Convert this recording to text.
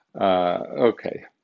Okay